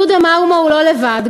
יהודה מרמור לא לבד.